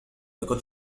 لقد